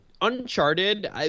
Uncharted